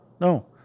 no